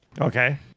Okay